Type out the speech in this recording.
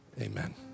Amen